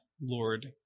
Lord